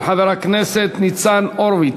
של חבר הכנסת ניצן הורוביץ.